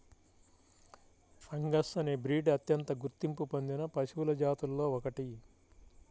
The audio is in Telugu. అంగస్ అనే బ్రీడ్ అత్యంత గుర్తింపు పొందిన పశువుల జాతులలో ఒకటి